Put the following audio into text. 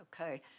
okay